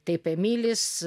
taip emilis